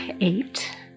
Eight